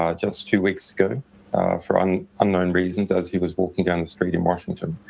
ah just two weeks ago for an unknown reasons as he was walking down the street in washington.